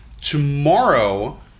Tomorrow